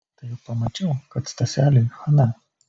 tai juk pamačiau kad staseliui chaną